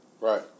Right